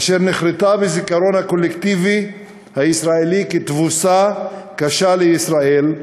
אשר נחרתה בזיכרון הקולקטיבי הישראלי כתבוסה קשה לישראל,